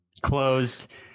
closed